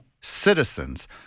citizens